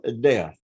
death